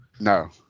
No